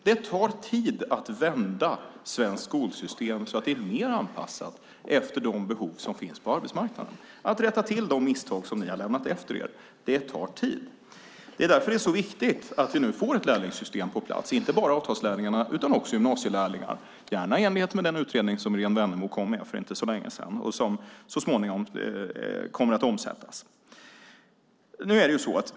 Det tar tid att vända svenskt skolsystem så att det är mer anpassat efter de behov som finns på arbetsmarknaden. Det tar tid att rätta till de misstag som ni har lämnat efter er. Därför är det så viktigt att vi får ett lärlingssystem på plats, inte bara avtalslärlingar utan också gymnasielärlingar, gärna i enlighet med den utredning som Irene Wennemo kom med för inte så länge sedan och som så småningom kommer att omsättas.